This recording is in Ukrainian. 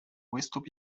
виступ